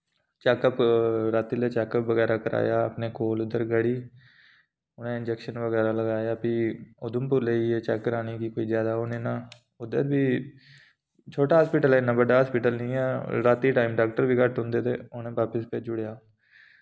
checkup राती लै check up बगैरा कराया अपने कोल उद्धर गढ़ी उ'नें इंजैक्शन बगैरा लगाया फ्ही उधमपुर लेई गे चैक कराने गी कोई ज्यादा ओह् नि ना उद्धर बी छोटा हास्पिटल ऐ इन्ना बड्डा हास्पिटल नेईं ऐ रातीं दे टाइम डाक्टर बी घट्ट होंदे ते उ'नें बापिस भेजी ओड़ेआ